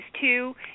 two